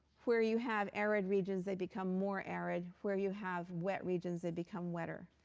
where you have arid regions, they become more arid. where you have wet regions, they become wetter.